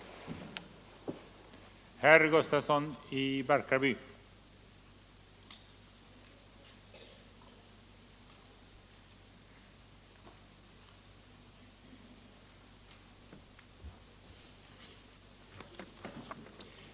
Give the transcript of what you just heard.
Men vi saknar en professur i Göteborg.